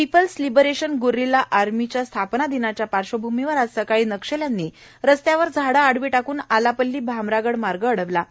people's liberation guerrilla आर्मीच्या स्थापना दिनाच्या पार्श्वभूमीवर आज सकाळी नक्षल्यांनी रस्त्यावर झाडे आडवी टाकून आलापल्ली भामरागड मार्ग अडविला होता